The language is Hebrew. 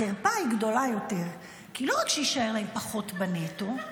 החרפה גדולה יותר, כי לא רק שיישאר פחות בנטו,